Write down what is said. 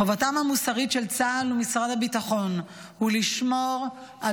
חובתם המוסרית של צה"ל ומשרד הביטחון היא לשמור על